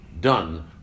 done